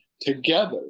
together